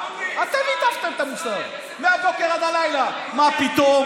אתם הטפתם מוסר מהבוקר עד הלילה: מה פתאום,